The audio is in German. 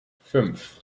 fünf